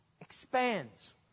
expands